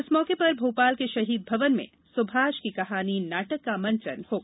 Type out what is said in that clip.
इस मौके पर भोपाल के शहीद भवन में सुभाष की कहानी नाटक का मंचन होगा